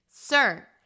Sir